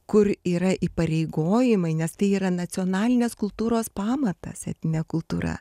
kur yra įpareigojimai nes tai yra nacionalinės kultūros pamatas etninė kultūra